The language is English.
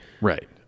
Right